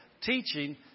Teaching